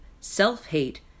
self-hate